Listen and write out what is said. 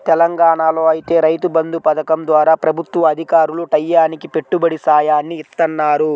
తెలంగాణాలో ఐతే రైతు బంధు పథకం ద్వారా ప్రభుత్వ అధికారులు టైయ్యానికి పెట్టుబడి సాయాన్ని ఇత్తన్నారు